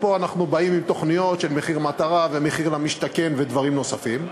ופה אנחנו באים עם תוכניות של מחיר מטרה ומחיר למשתכן ודברים נוספים.